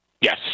Yes